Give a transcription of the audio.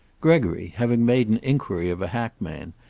gregory, having made an inquiry of a hackman,